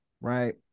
right